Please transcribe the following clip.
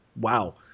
wow